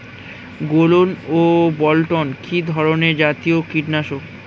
গোলন ও বলটন কি ধরনে জাতীয় কীটনাশক?